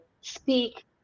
speak